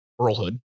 Earlhood